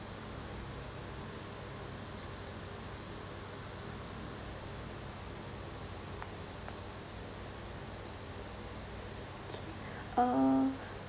uh